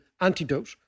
antidote